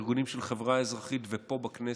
בארגונים של החברה האזרחית ופה בכנסת,